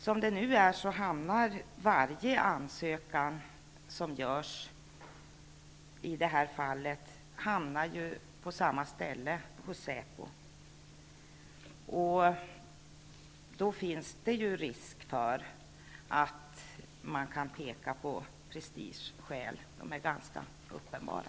Som det nu är, hamnar varje ansökan som görs på samma ställe hos säpo, och det finns uppenbara risker för att prestigeskäl får styra.